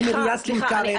עם עיריית טולכרם.